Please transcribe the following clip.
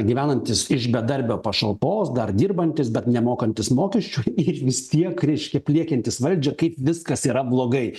gyvenantys iš bedarbio pašalpos dar dirbantys bet nemokantys mokesčių ir vis tiek reiškia pliekiantys valdžią kaip viskas yra blogai